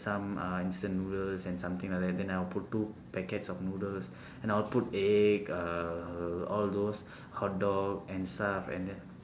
some uh instant noodles and something like that then I would put two packets of noodles and I would put egg err all those hotdog and stuff and then